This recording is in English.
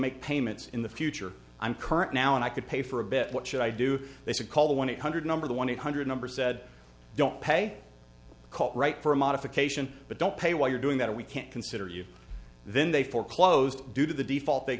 make payments in the future i'm current now and i could pay for a bit what should i do they should call the one eight hundred number the one eight hundred number said don't pay right for a modification but don't pay while you're doing that or we can't consider you then they foreclosed due to the default they